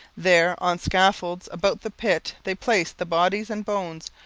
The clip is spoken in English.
there on scaffolds about the pit they placed the bodies and bones,